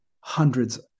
hundreds